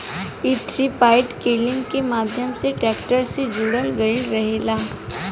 इ three point linkage के माध्यम से ट्रेक्टर से जोड़ल गईल रहेला